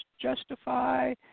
justify